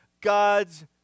God's